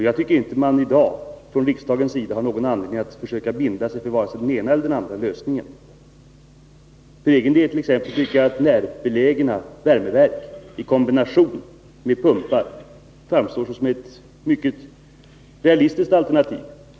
Jag tycker inte att utskottet i dag har någon anledning att försöka bestämma sig för vare sig den ena eller den andra lösningen. För egen del t.ex. tycker jag att närbelägna värmeverk i kombination med pumpar framstår såsom ett mycket realistiskt alternativ.